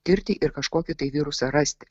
tirti ir kažkokį tai virusą rasti